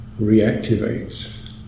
reactivates